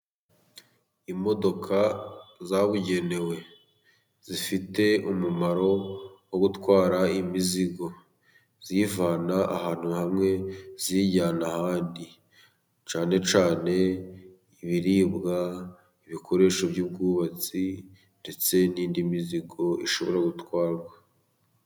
Imodoka zabugenewe zifite umumaro wo gutwara imizigo izivana ahantu hamwe izijyana ahandi, cyane cyane ibiribwa, ibikoresho by'ubwubatsi ndetse n'indi mizigo ishobora gutwarwa.